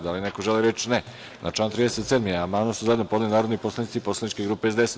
Da li neko želi reč? (Ne) Na član 37. amandman su zajedno podneli narodni poslanici poslaničke grupe SDS.